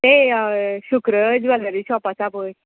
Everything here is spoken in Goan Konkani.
तें हय शुक्र ज्वॅलरी शॉप आसा पळय